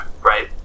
right